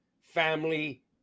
family